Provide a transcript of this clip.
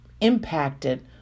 impacted